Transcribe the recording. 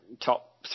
top